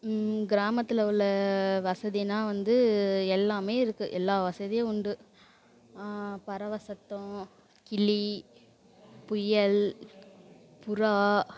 கிராமத்தில் உள்ள வசதின்னா வந்து எல்லாம் இருக்குது எல்லா வசதியும் உண்டு பறவை சத்தம் கிளி புயல் புறா